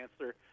answer